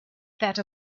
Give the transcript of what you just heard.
that